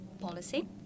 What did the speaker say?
policy